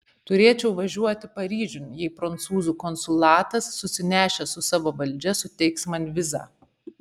turėčiau važiuoti paryžiun jei prancūzų konsulatas susinešęs su savo valdžia suteiks man vizą